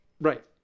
Right